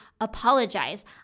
apologize